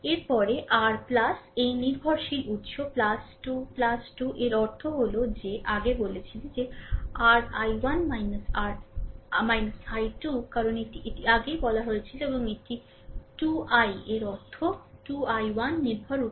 এর পরে r এই নির্ভরশীল উত্স 2 2 এর অর্থ হল যে rআগে বলেছিল যে rI1 I2 কারণ এটি এটিই আগে বলা হয়েছিল এবং এটি 2 i এর অর্থ 2 I1 নির্ভর উত্স 2 I1 I2